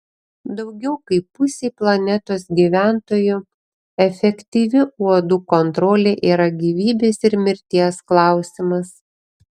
daugiau kaip pusei planetos gyventojų efektyvi uodų kontrolė yra gyvybės ir mirties klausimas